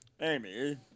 Amy